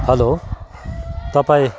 hello तपाईँ